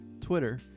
Twitter